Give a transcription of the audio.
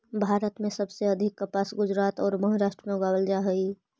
भारत में सबसे अधिक कपास गुजरात औउर महाराष्ट्र में उगावल जा हई